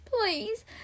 Please